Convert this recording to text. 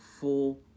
full